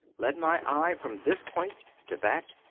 led my eye from this point to that,